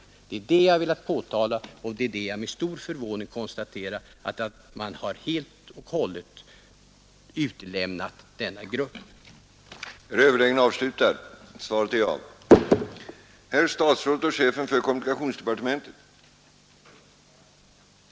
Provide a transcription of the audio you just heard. kommunen kan ha och ta med dem i bedömningen när man fattar de slutliga besluten. Man skall inte behöva ha en dubbel omgång med Jag konstaterar med stor förvåning att denna grupp helt och hållet har utelämnats.